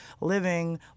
living